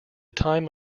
time